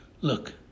Look